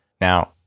Now